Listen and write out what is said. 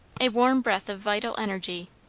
a warm breath of vital energy,